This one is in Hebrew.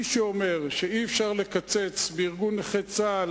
שאי-אפשר לקצץ בארגון נכי צה"ל